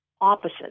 opposite